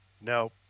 No